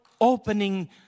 opening